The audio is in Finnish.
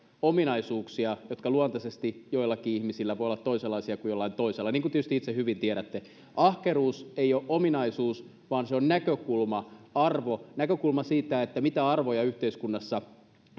ominaisuuksia jotka luontaisesti joillakin ihmisillä voivat olla toisin kuin jollain toisella niin kuin tietysti itse hyvin tiedätte ahkeruus ei ole ominaisuus vaan se on näkökulma arvo näkökulma siitä mitä arvoja yhteiskunnassa